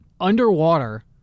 underwater